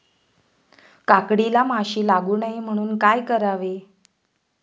काकडीला माशी लागू नये म्हणून काय करावे?